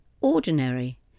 ordinary